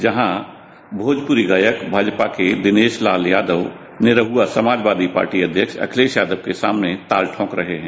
जहां भोजपुरी गायक दिनेश लाल यादव निरहुआ समाजवादी पार्टी अध्यक्ष अखिलेश यादव के सामने ताल ठोक रहें हैं